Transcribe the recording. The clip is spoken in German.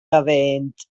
erwähnt